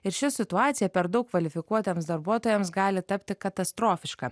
ir ši situacija per daug kvalifikuotiems darbuotojams gali tapti katastrofiška